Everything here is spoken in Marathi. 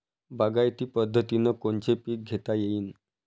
बागायती पद्धतीनं कोनचे पीक घेता येईन?